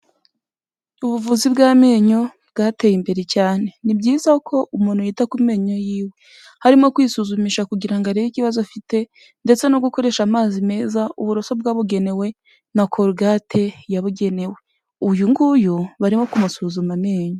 Ubuvuzi bw'amenyo bwateye imbere cyane ni byiza ko umuntu yita ku menyo yiwe, harimo kwisuzumisha kugira ngo arebe ikibazo afite ndetse no gukoresha amazi meza, uburoso bwabugenewe na korgate yabugenewe, uyu nguyu barimo kumusuzuma amenyo.